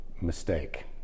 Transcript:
mistake